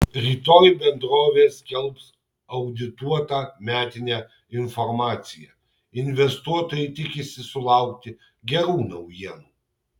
rytoj bendrovė skelbs audituotą metinę informaciją investuotojai tikisi sulaukti gerų naujienų